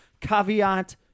Caveat